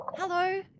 Hello